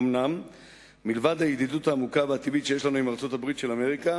אומנם מלבד הידידות העמוקה והטבעית שיש לנו עם ארצות-הברית של אמריקה